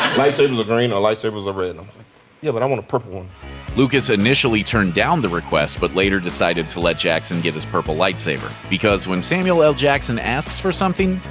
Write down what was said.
lightsabers are green or lightsabers are red um yeah but i want a purple one lucas initially turned down the request, but later decided to let jackson get his purple lightsaber. because when samuel l. jackson asks for something,